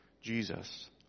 Jesus